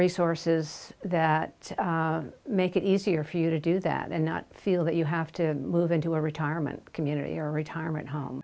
resources that make it easier for you to do that and not feel that you have to move into a retirement community or a retirement home